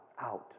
out